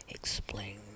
Explain